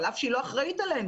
על אף שהיא לא אחראית עלינו.